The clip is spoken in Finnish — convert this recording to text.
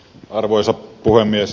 arvoisa puhemies